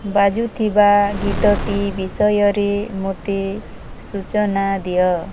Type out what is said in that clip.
ବାଜୁଥିବା ଗୀତଟି ବିଷୟରେ ମୋତେ ସୂଚନା ଦିଅ